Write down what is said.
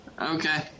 Okay